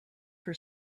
for